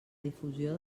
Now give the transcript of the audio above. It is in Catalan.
difusió